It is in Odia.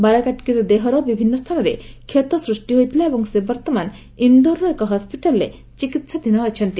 ବାଳିକାଟିର ଦେହର ବିଭିନ୍ନ ସ୍ଥାନରେ କ୍ଷତ ସୃଷ୍ଟି ହୋଇଥିଲା ଏବଂ ସେ ବର୍ତ୍ତମାନ ଇନ୍ଦୋରର ଏକ ହସ୍ପିଟାଲ୍ରେ ଚିକିତ୍ସାଧୀନ ଅଛନ୍ତି